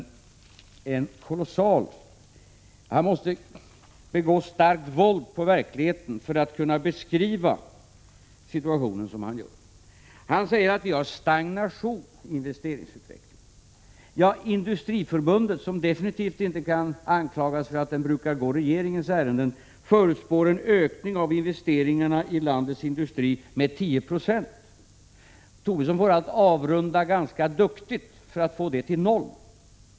Lars Tobisson måste begå starkt våld på verkligheten för att kunna beskriva situationen som han gör när han säger att vi har stagnation i investeringsutvecklingen. Industriförbundet, som absolut inte kan anklagas för att gå regeringens ärenden, förutspår en ökning av investeringarna i landets industri på 10 96. Lars Tobisson får allt avrunda ganska duktigt för att få det till 0.